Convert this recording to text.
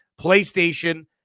PlayStation